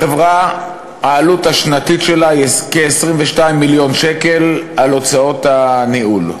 העלות השנתית של החברה היא כ-22 מיליון שקל על הוצאות הניהול.